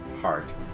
heart